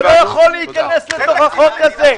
זה לא יכול להיכנס לתוך החוק הזה.